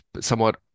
somewhat